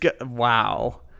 Wow